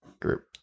group